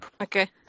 Okay